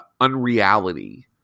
unreality